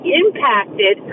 impacted